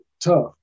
tough